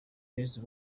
eazzy